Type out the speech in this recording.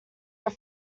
your